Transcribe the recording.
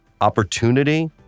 Opportunity